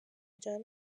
جان